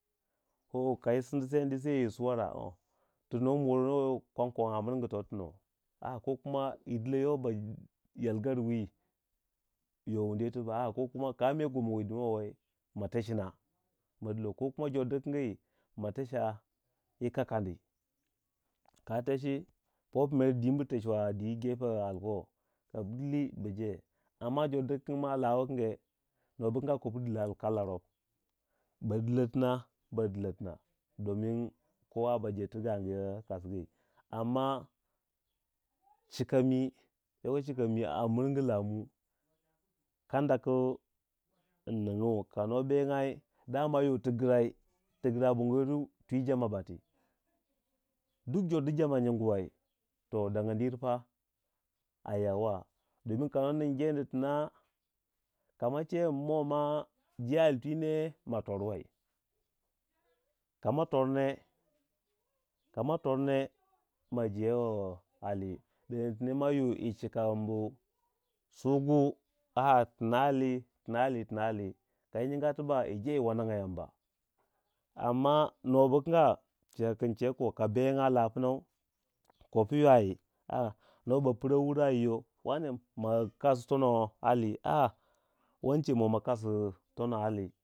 Oh kayi sindi seu yi suwara tu nuwa morono kwang kwang a miragu to tono a a ko kumayi dilo yo yalgarwi yo wundu you tibak a a ko kuma kame goma wdedimawa ma techina kokuma jor di kingi ma techa yi kakkandi, lka techi ko ku mer dwiibiri techwa a dwi ali bo, ka bu dili bu jee, amma jor dikinma lawukingma nobukinga kopu dill ali kala rop ba dilo tina ba dilo tina domin kowa baje to gaagu you kasgu amma chiuka mi yako chika mi a mirgu laamu kadda ku in ningu ka nuwa be ngyai dama yo ti girai ti girai a bongo yuru twi jama bati duk jordu jama nyingu to dangyandi yiri fa a yawwa cika dingin ka no nin jeendi tina kama che min mo ma jee altwi ne ma torwei, kama torne kama torne ma jee wei alii, yo ding ma jee wei alii, yo ding ma yi suguatina ali tina a tina alii lyi nyingi tibak yi jee yi wanangya yamba amma nobu kanga cika kun chegu ko kabenga lapnou kobu ywai a a noba pra wu raayi yo wance makasi to no alli.